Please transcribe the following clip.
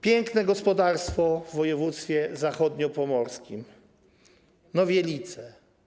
Piękne gospodarstwo w województwie zachodniopomorskim, Nowielice.